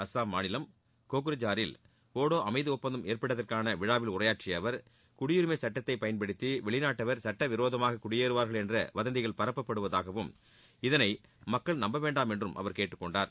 அஸ்ஸாம் மாநிலம் கோக்ரஜாரில் போடோ அமைதி ஒப்பந்தம் ஏற்பட்டதற்கான விழாவில் உரையாற்றிய அவர் குடியுரிமை சுட்டத்தை பயன்படுத்தி வெளிநாட்டவர் சுட்டவிரோதமாக குடியேறுவார்கள் என்ற வதந்திகள் பரப்பப்படுவதாகவும் இதனை மக்கள் நம்ப வேண்டாம் என்றும் அவர் கேட்டுக்கொண்டார்